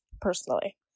personally